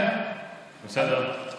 כן, כן, בסדר גמור.